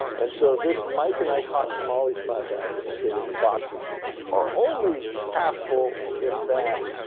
and so this mike and ike hot tamales class action is saying that the boxes are only half full if that.